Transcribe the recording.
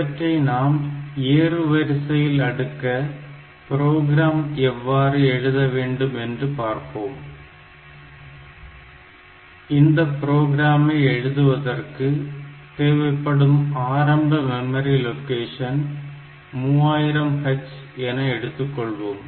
இவற்றை நாம் ஏறுவரிசையில் அடுக்க ப்ரோக்ராம் எவ்வாறு எழுத வேண்டும் என்று பார்ப்போம் இந்தப் புரோகிராமை எழுதுவதற்கு தேவைப்படும் ஆரம்ப மெமரி லொகேஷன் 3000h என எடுத்துக் கொள்வோம்